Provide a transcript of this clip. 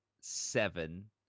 seven